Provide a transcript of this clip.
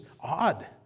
odd